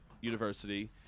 university